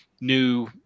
new